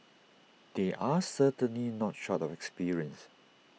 they are certainly not short of experience